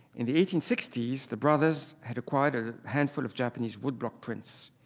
in the eighteen sixty s, the brothers had acquired a handful of japanese woodblock prints.